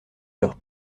leurs